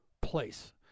place